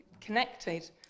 connected